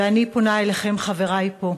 ואני פונה אליכם, חברי פה: